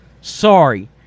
Sorry